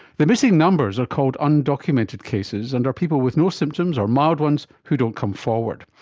the missing numbers are called undocumented cases and are people with no symptoms, or mild ones, who don't come forward.